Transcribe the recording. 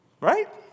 Right